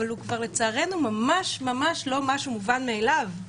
אבל הוא כבר לצערנו ממש לא מובן מאליו.